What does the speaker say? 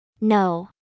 No